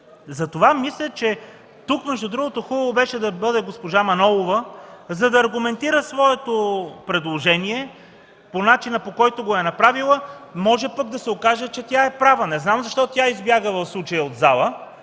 Затова мисля, че тук, между другото, хубаво беше да дойде госпожа Манолова, за да аргументира своето предложение по начина, по който го е направила. Може пък да се окаже, че тя е права. Не знам защо тя избяга в случая от залата.